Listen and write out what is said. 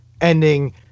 ending